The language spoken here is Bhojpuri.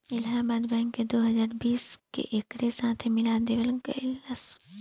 इलाहाबाद बैंक के दो हजार बीस में एकरे साथे मिला देवल गईलस